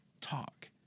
talk